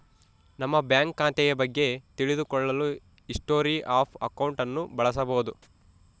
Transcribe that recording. ನಮ್ಮ ಬ್ಯಾಂಕ್ ಖಾತೆಯ ಬಗ್ಗೆ ತಿಳಿದು ಕೊಳ್ಳಲು ಹಿಸ್ಟೊರಿ ಆಫ್ ಅಕೌಂಟ್ ಅನ್ನು ಬಳಸಬೋದು